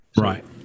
Right